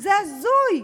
זה הזוי.